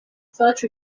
such